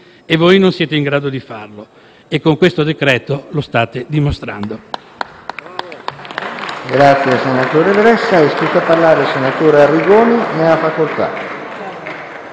voi non siete in grado di farlo e con questo decreto lo state dimostrando.